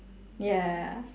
ya